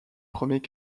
premiers